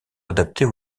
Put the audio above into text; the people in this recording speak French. adaptés